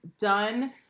done